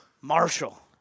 Marshall